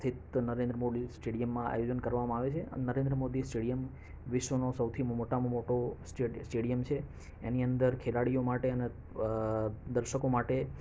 સ્થિત નરેન્દ્ર મોદી સ્ટેડિયમમાં આયોજન કરવામાં આવે છે અને નરેન્દ્ર મોદી સ્ટેડિયમ વિશ્વનો મોટામાં મોટું સ્ટે સ્ટેડિયમ છે એની અંદર ખેલાડીઓ માટે અને દર્શકો માટે